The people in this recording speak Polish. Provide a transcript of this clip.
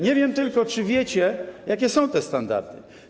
Nie wiem tylko, czy wiecie, jakie są te standardy.